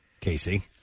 Casey